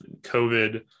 COVID